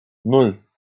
nan